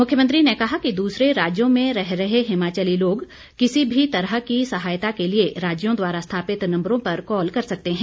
मुख्यमंत्री ने कहा कि दूसरे राज्यों में रह रहे हिमाचली लोग किसी भी तरह की सहायता के लिए राज्यों द्वारा स्थापित नम्बरों पर कॉल कर सकते हैं